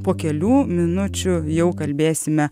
po kelių minučių jau kalbėsime